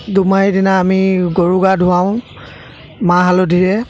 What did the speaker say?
দোমাহীৰ দিনা আমি গৰু গা ধুৱাওঁ মাহ হালধিৰে